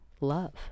love